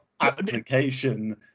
application